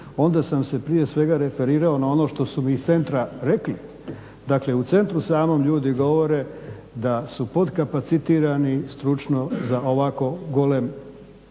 onda sam se prije svega referirao na ono što su mi iz centra rekli. Dakle u centru samom ljudi govore da su podkapacitirani stručno za ovako golem